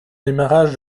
démarrage